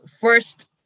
first